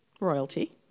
royalty